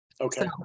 okay